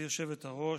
היושבת-ראש,